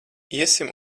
iesim